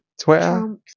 Twitter